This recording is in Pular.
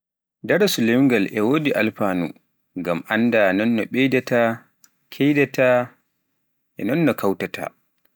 Darasu limmgal e wodi alfanu, ngam annda noon ɓeydaata, kendaata, e kautaata